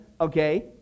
Okay